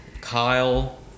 Kyle